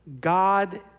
God